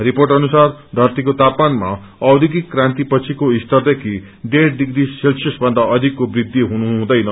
report अनुसार धरतीको तापमानमा ओध्योगिक क्रान्तिपछिको स्तरदेखि डेढ़ डिग्री सेल्सियस भन्दा अधिकको वृद्धि हुनु हुँदैन